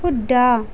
শুদ্ধ